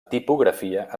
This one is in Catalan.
tipografia